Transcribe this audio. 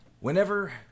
Whenever